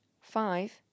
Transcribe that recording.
Five